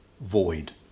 void